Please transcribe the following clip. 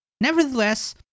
Nevertheless